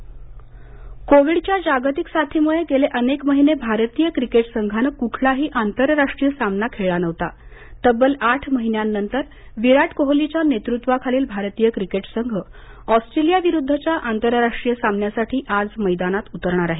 cricket कोविडच्या जागतिक साथीमुळे गेले अनेक महिने भारतीय क्रिकेट संघानं कुठलाही आंतरराष्ट्रीय सामना खेळला नव्हता तब्बल आठ महिन्यांनंतर विराट कोहलीच्या नेतृत्वाखालील भारतीय क्रिकेट संघ ऑस्ट्रेलिया विरुद्धच्या आंतरराष्ट्रीय सामन्यासाठी आज मैदानात उतरणार आहे